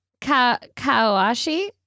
Kawashi